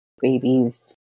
babies